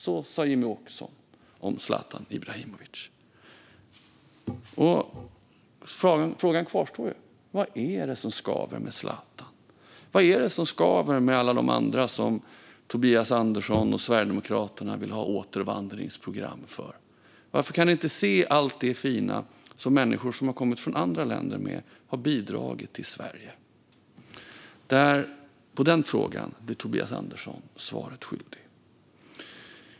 Så sa Jimmie Åkesson om Zlatan Ibrahimovic. Frågan kvarstår: Vad är det som skaver med Zlatan? Vad är det som skaver med alla de andra som Tobias Andersson och Sverigedemokraterna vill ha återvandringsprogram för? Varför kan ni inte se allt det fina som människor som har kommit från andra länder har bidragit med till Sverige? På den frågan blir Tobias Andersson svaret skyldig.